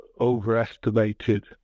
overestimated